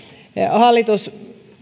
hallitus